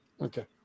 Okay